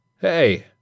Hey